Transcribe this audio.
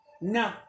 No